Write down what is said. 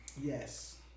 Yes